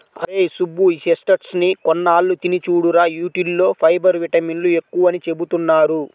అరేయ్ సుబ్బు, ఈ చెస్ట్నట్స్ ని కొన్నాళ్ళు తిని చూడురా, యీటిల్లో ఫైబర్, విటమిన్లు ఎక్కువని చెబుతున్నారు